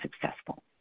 successful